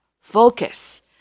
Focus